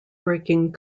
breaking